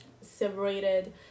separated